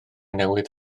newydd